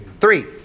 three